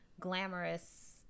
glamorous